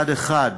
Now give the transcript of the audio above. אחד-אחד.